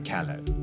Callow